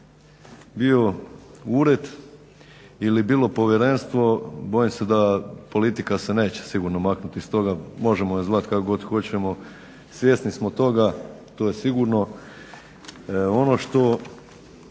bio ured ili bilo povjerenstvo bojim se da politika se neće sigurno maknuti iz toga, možemo je zvati kako god hoćemo svjesni smo toga, to je sigurno.